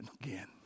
again